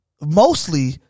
mostly